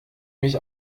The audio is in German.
mich